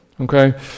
okay